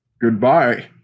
goodbye